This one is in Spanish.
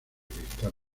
cristal